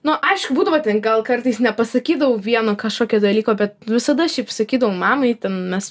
nu aišku būdavo ten gal kartais nepasakydavau vieno kažkokio dalyko bet visada šiaip sakydavau mamai ten mes